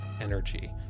energy